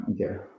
Okay